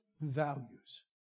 values